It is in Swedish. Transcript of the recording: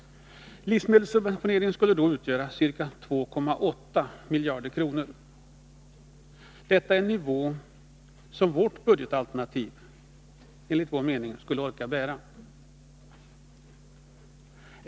Livsmedelssubventioneringen skulle då utgöra ca 2,8 miljarder kronor. Detta är en nivå som vårt budgetalternativ, enligt vår mening, skulle orka bära.